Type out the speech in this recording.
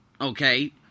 okay